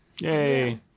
Yay